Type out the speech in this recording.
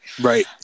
right